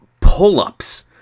pull-ups